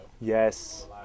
Yes